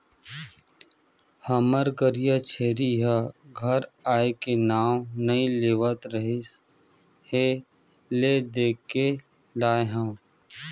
हमर करिया छेरी ह घर आए के नांव नइ लेवत रिहिस हे ले देके लाय हँव